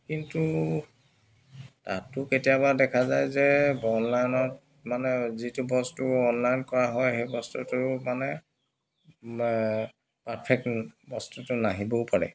কিন্তু তাতো কেতিয়াবা দেখা যায় যে অনলাইনত মানে যিটো বস্তু অনলাইন কৰা হয় সেই বস্তুটো মানে পাৰ্ফেক্ট বস্তুটো নাহিবও পাৰে